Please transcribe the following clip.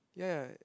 ya ya